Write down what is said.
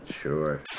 Sure